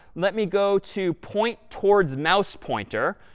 let me go to point towards mouse pointer.